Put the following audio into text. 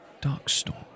Darkstorm